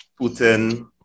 Putin